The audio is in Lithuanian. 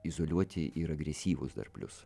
izoliuoti ir agresyvūs dar plius